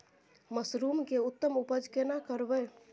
Mushroom के उत्तम उपज केना करबै?